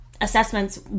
assessments